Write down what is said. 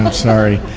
um sorry,